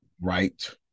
right